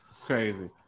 Crazy